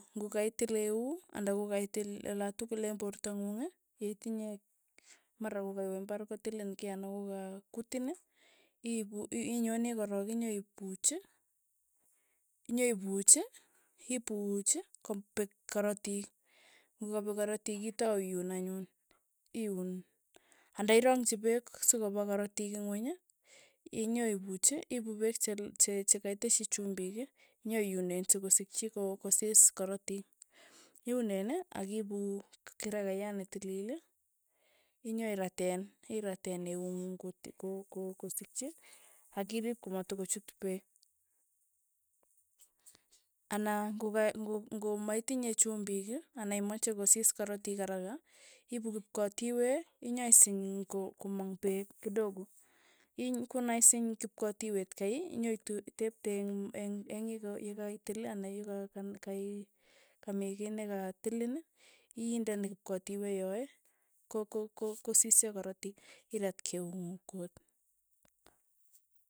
Ng'okaitil eu anda kokaitil olatukul eng' porto ng'ung, yetinye, mara kokaiwe imbar kotilin kiy anan ko ka kutin, iipu i- iinyoni korok inyoipuuch, inyoipuuch, ipuuch kopek korotik, kokapek korotik itau iun anyun, iun anda irongchi peek sokopa korotik ing'weny, inyo ipuch, iipu peek chel chekaiteshi chumbik, nyo iunen sokosikchi ko- kosis korotik, iunen akiipu kirakaiyat netilil, inyo irateen, irateen eung'ung kot ko- ko- kosikchi, akirip komatokochut peek, anan ng'o ka ng'o ng'omaitinye chumbik, anan imache kosis korotik araka, iipu kipkatiwe, inyoisiny komang peek kidogo, iny konaisiny kipkotiwet kei, inyoitu itepte eng' eng' eng' yi- yikaitil anan yika yika kamii kei nekatilin, inde kipkatiwe yoe, ko- ko kosise korotik, irat keung'ung kot.